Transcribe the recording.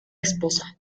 esposa